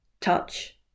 touch